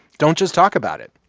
don't just talk about it.